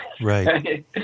Right